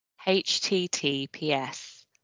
https